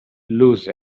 lose